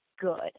good